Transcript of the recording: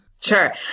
Sure